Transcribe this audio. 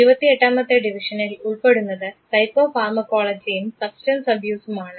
ഇരുപത്തിയെട്ടാമത്തെ ഡിവിഷനിൽ ഉൾപ്പെടുന്നത് സൈക്കോഫാർമകോളജിയും സബ്സ്റ്റൻസ് അബ്യൂസുമാണ്